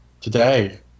today